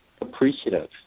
appreciative